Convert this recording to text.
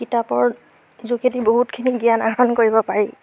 কিতাপৰ যোগেদি বহুতখিনি জ্ঞান আহৰণ কৰিব পাৰি